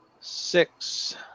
six